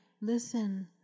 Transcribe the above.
listen